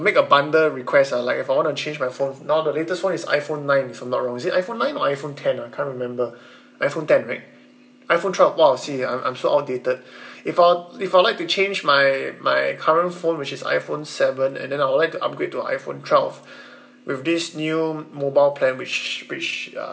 make a bundle request ah like if I want to change my phone now the latest one is iphone nine if I'm not wrong is it iphone nine or iphone ten I can't remember iphone ten right iphone twelve !wah! see I'm I'm so outdated if I were if I would like to change my my current phone which is iphone seven and then I would like to upgrade to iphone twelve with this new mobile plan which which uh